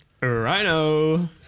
Rhino